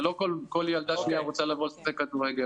זה לא כל ילדה שנייה רוצה לשחק כדורגל.